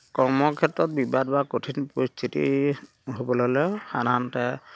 কৰ্মক্ষেত্ৰত বিবাদ বা কঠিন পৰিস্থিতি হ'বলে হ'লে সাধাৰণতে